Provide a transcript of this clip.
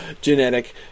genetic